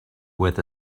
with